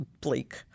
bleak